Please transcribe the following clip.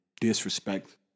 disrespect